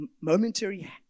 Momentary